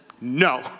no